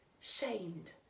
shamed